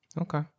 Okay